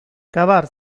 cavar